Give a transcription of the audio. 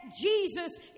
Jesus